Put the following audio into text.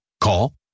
Call